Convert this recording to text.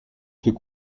fait